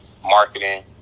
Marketing